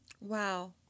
Wow